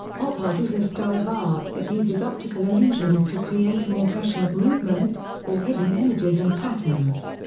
op art is a style of art that uses optical illusions to create an impression of movement, or hidden images and patterns.